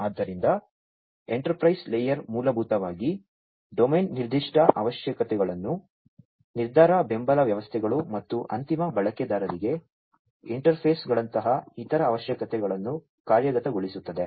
ಆದ್ದರಿಂದ enterprise layer ಮೂಲಭೂತವಾಗಿ domain ನಿರ್ದಿಷ್ಟ ಅವಶ್ಯಕತೆಗಳು ನಿರ್ಧಾರ ಬೆಂಬಲ ವ್ಯವಸ್ಥೆಗಳು ಮತ್ತು ಅಂತಿಮ ಬಳಕೆದಾರರಿಗೆ ಇಂಟರ್ಫೇಸ್ಗಳಂತಹ ಇತರ ಅವಶ್ಯಕತೆಗಳನ್ನು ಕಾರ್ಯಗತಗೊಳಿಸುತ್ತದೆ